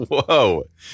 Whoa